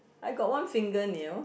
I got one fingernail